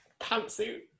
pantsuit